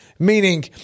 Meaning